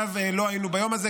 בלעדיו לא היינו ביום הזה.